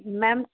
madam